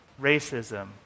racism